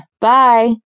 bye